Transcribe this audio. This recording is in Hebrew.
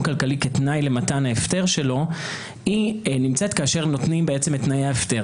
כלכלי כתנאי למתן ההפטר שלו היא נמצאת כשנותנים את תנאי ההפטר,